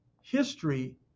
history